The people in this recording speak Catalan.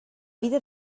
vida